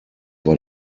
war